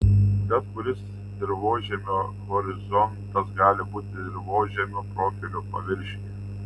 bet kuris dirvožemio horizontas gali būti dirvožemio profilio paviršiuje